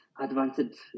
advanced